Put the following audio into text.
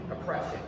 oppression